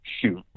shoot